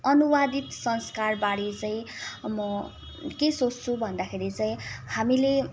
अनुवादित संस्कारबारे चाहिँ म के सोच्छु भन्दाखेरि चाहिँ हामीले